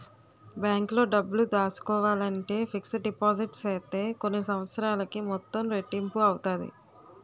బ్యాంకులో డబ్బులు దాసుకోవాలంటే ఫిక్స్డ్ డిపాజిట్ సేత్తే కొన్ని సంవత్సరాలకి మొత్తం రెట్టింపు అవుతాది